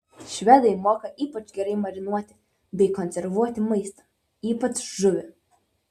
švedai moka ypač gerai marinuoti bei konservuoti maistą ypač žuvį